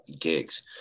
gigs